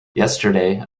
yesterday